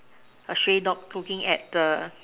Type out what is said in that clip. a stray dog looking at the